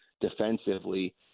defensively